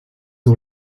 ont